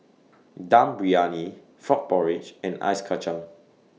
Dum Briyani Frog Porridge and Ice Kachang